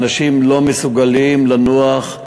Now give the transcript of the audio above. אנשים לא מסוגלים לנוח,